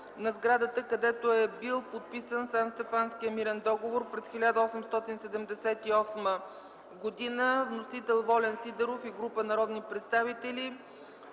на сградата, където е бил подписан Санстефанският мирен договор през 1878 г. Вносители: Волен Сидеров и група народни представители.